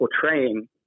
portraying